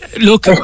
Look